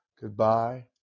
goodbye